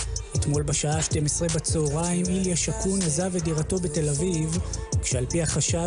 חוצה הבדלים בינינו ומהווה אחריות